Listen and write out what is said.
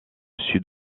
sud